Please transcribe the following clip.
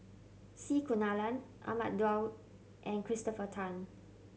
C Kunalan Ahmad Daud and Christopher Tan